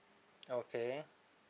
okay